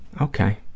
Okay